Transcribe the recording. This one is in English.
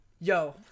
Yo